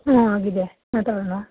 ಹ್ಞೂ ಆಗಿದೆ ಮಾತಾಡಲ್ವಾ